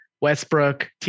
Westbrook